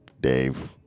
dave